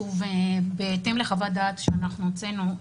בהתאם לחוות-דעת שהוצאנו,